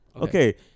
Okay